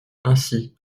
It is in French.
ainsi